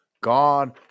God